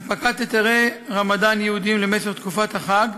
הנפקת היתרי רמדאן ייעודיים למשך תקופת החג,